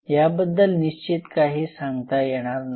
याबद्दल निश्चित काही सांगता येणार नाही